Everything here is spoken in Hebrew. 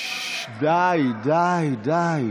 תמיד ידע,